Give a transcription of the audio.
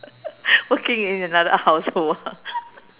working in another household ah